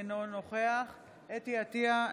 אינו נוכח חוה אתי עטייה,